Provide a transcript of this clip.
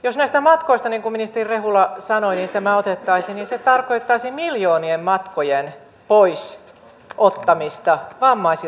jos näistä matkoista niin kuin ministeri rehula sanoi tämä otettaisiin niin se tarkoittaisi miljoonien matkojen ottamista pois vammaisilta henkilöitä